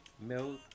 Milk